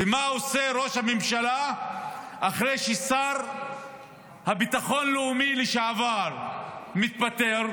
ומה עושה ראש הממשלה אחרי שהשר לביטחון לאומי לשעבר מתפטר?